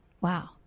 wow